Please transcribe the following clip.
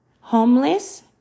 homeless